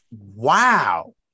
Wow